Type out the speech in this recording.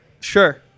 Sure